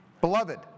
Beloved